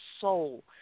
soul